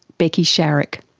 becky sharrock.